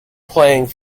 playing